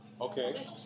Okay